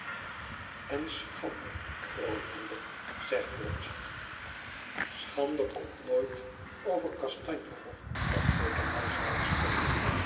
en schande grootmoeder zegt watt schande komt nooit over kastanjehof antwoordt de